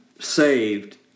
saved